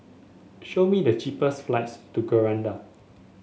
show me the cheapest flights to Grenada